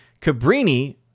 Cabrini